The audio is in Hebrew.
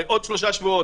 הרי בעוד שלושה שבועות,